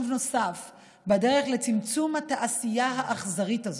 נוסף בדרך לצמצום התעשייה האכזרית הזאת.